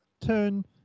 turn